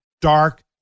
dark